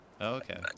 okay